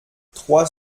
trois